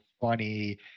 funny